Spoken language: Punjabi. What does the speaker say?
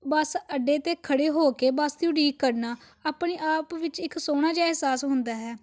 ਬਸ ਅੱਡੇ 'ਤੇ ਖੜ੍ਹੇ ਹੋ ਕੇ ਬਸ ਦੀ ਉਡੀਕ ਕਰਨਾ ਆਪਣੇ ਆਪ ਵਿੱਚ ਇੱਕ ਸੋਹਣਾ ਜਿਹਾ ਅਹਿਸਾਸ ਹੁੰਦਾ ਹੈ